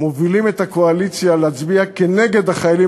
מובילים את הקואליציה להצביע נגד החיילים